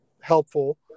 helpful